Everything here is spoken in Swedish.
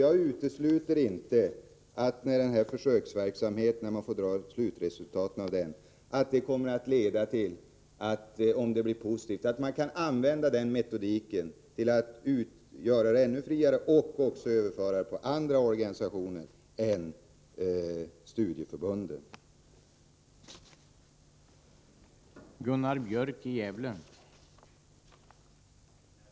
Om slutresultatet av den här försöksverksamheten blir positivt, utesluter jag inte att detta kommer att leda till en ännu friare hantering och att detta även kommer andra organisationer än studieförbunden till del.